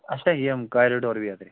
اچھا یِم کارِڈور بیترِ